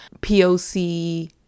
POC